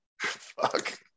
Fuck